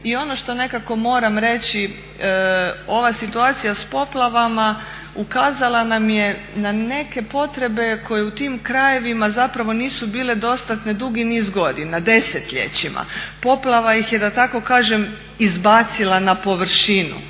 I ono što nekako moram reći ova situacija s poplavama ukazala nam je na neke potrebe koje u tim krajevima zapravo nisu bile dostatne dugi niz godina, desetljećima. Poplava ih je da tako kažem izbacila na površinu.